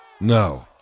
No